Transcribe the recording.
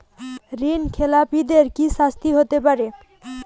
ঋণ খেলাপিদের কি শাস্তি হতে পারে?